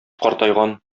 картайган